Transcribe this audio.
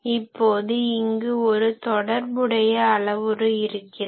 இப்போது இங்கு ஒரு தொடர்புடைய அளவுரு இருக்கிறது